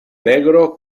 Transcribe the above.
negro